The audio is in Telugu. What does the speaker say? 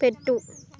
పెట్టు